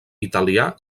italià